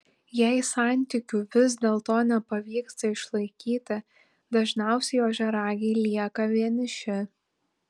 jei santykių vis dėlto nepavyksta išlaikyti dažniausiai ožiaragiai lieka vieniši